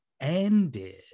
ended